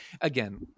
again